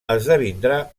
esdevindrà